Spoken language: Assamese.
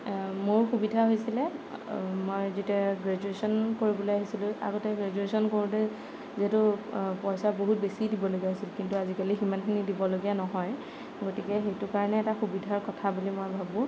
মোৰ সুবিধা হৈছিলে মই যেতিয়া গ্ৰেজুৱেচন কৰিবলৈ আহিছিলোঁ আগতে গ্ৰেজুৱেচন কৰোতে যিহেতু পইচা বহুত বেছি দিবলগীয়া হৈছিল কিন্তু আজিকালি সিমানখিনি দিবলগীয়া নহয় গতিকে সেইটোৰ কাৰণে এটা সুবিধাৰ কথা বুলি মই ভাবোঁ